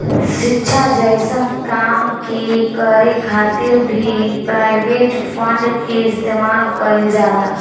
शिक्षा जइसन काम के करे खातिर भी प्राइवेट फंड के इस्तेमाल कईल जाला